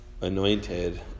anointed